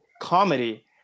comedy